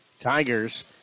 Tigers